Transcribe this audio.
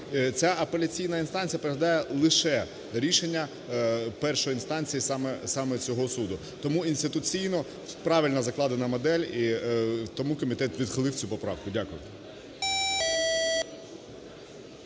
Ця апеляційна інстанція переглядає лише рішення першої інстанції саме цього суду. Тому інституційно правильно закладена модель, і тому комітет відхилив цю поправку. Дякую.